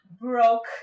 broke